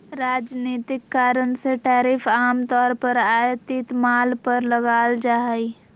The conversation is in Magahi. राजनीतिक कारण से टैरिफ आम तौर पर आयातित माल पर लगाल जा हइ